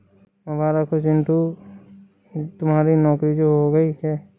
मुबारक हो चिंटू तुम्हारी नौकरी जो हो गई है